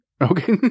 Okay